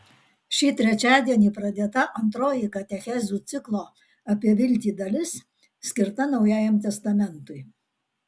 šį trečiadienį pradėta antroji katechezių ciklo apie viltį dalis skirta naujajam testamentui